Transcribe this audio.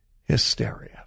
hysteria